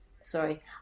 Sorry